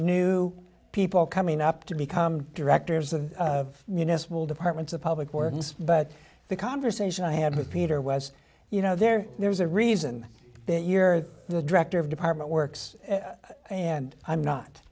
new people coming up to become directors of you know small departments of public works but the conversation i had with peter was you know there there's a reason that you're the director of department works and i'm